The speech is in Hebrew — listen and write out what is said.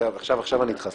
עכשיו אני אתך.